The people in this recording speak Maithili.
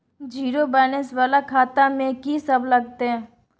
जीरो बैलेंस वाला खाता में की सब लगतै?